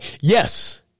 Yes